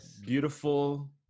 beautiful